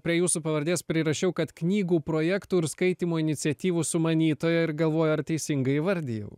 prie jūsų pavardės prirašiau kad knygų projektų ir skaitymo iniciatyvų sumanytoja ir galvoju ar teisingai įvardijau